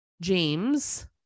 James